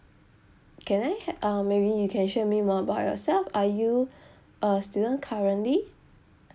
can I ha~ uh maybe you can share me more about yourself are you a student currently